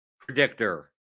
predictor